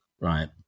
right